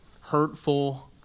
hurtful